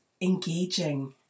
engaging